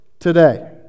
today